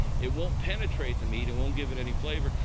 it won't penetrate the meat. it won't give it any flavor.